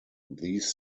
these